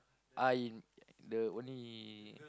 I in the only